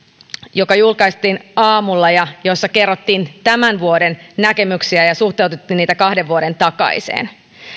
joka julkaistiin aamulla ja jossa kerrottiin tämän vuoden näkemyksiä ja suhteutettiin niitä kahden vuoden takaiseen